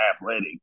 athletic